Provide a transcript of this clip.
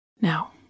Now